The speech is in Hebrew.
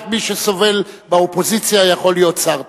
רק מי שסובל באופוזיציה יכול להיות שר טוב.